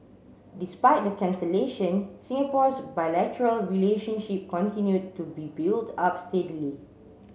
despite the cancellation Singapore's bilateral relationship continued to be built up steadily